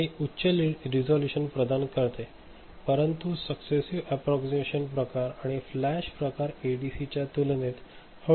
हे उच्च रिझोल्यूशन प्रदान करते परंतु सक्सेसिव एप्प्प्रॉक्सिमेशन प्रकार आणि फ्लॅश प्रकार एडीसीच्या तुलनेत हळू होते